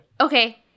Okay